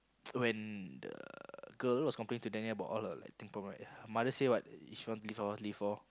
when the girl was complaining to them about all her that thing problem right the mother said what she don't believe leave lor